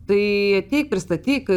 tai ateik pristatyk